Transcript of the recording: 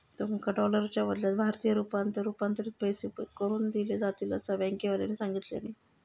तुमका डॉलरच्या बदल्यात भारतीय रुपयांत रूपांतरीत करून पैसे दिले जातील, असा बँकेवाल्यानी सांगितल्यानी